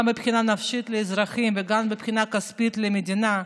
גם מבחינה נפשית לאזרחים וגם מבחינה כספית למדינה,